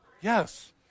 Yes